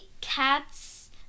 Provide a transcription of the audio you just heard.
cats